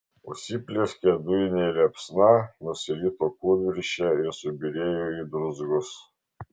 užsiplieskė dujine liepsna nusirito kūlvirsčia ir subyrėjo į druzgus